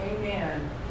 Amen